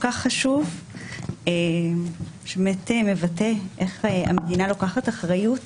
כך חשוב שמבטא איך המדינה לוקחת אחריות